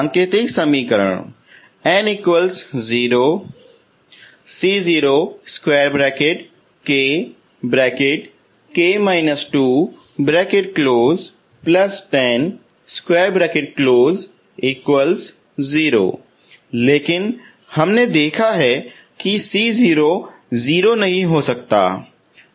सांकेतिक समीकरण लेकिन हमने देखा है कि c0 0 नहीं हो सकता